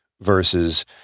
Versus